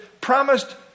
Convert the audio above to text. promised